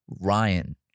Ryan